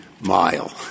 mile